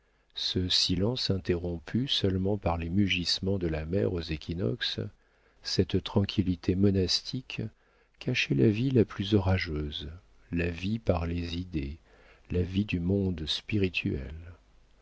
ce silence interrompu seulement par les mugissements de la mer aux équinoxes cette tranquillité monastique cachait la vie la plus orageuse la vie par les idées la vie du monde spirituel